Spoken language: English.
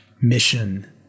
mission